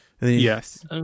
yes